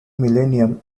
millennium